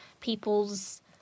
people's